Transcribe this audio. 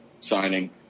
signing